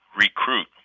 recruit